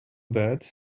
bad